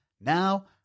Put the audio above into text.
Now